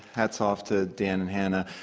hats off to dan and hanna.